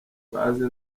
baze